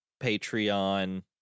Patreon